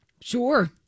Sure